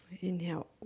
Inhale